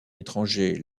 étranger